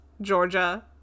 Georgia